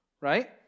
Right